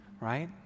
right